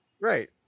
Right